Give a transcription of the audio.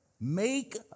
make